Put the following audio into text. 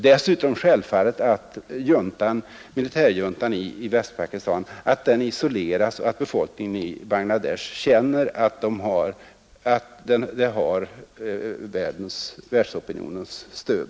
Dessutom bör självfallet militärjuntan i Västpakistan isoleras och befolkningen i Bangla Desh bör få känna att den har världsopinionens stöd.